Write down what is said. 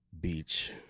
Beach